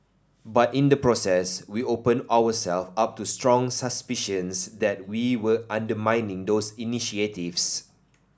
but in the process we opened ourselves up to strong suspicions that we were undermining those initiatives